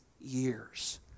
years